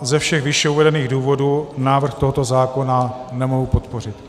Ze všech výše uvedených důvodů návrh tohoto zákona nemohu podpořit.